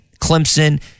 clemson